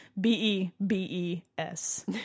B-E-B-E-S